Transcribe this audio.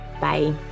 Bye